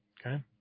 Okay